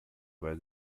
bei